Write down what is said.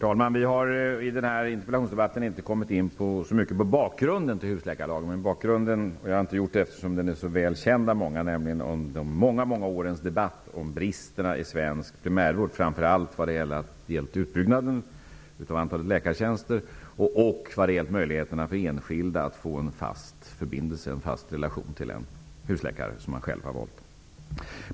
Herr talman! I den här interpellationsdebatten har vi inte kommit in så mycket på bakgrunden till husläkarlagen, eftersom den är så väl känd. Bakgrunden är de många, många årens debatt om bristerna i svensk primärvård framför allt vad det gäller utbyggnaden av antalet läkartjänster och möjligheterna för enskilda att få en fast relation till en husläkare som de själva har valt.